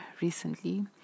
recently